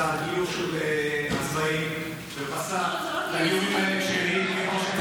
את הגיור הצבאי ופסק שהגיורים האלה כשרים,